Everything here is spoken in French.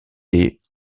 des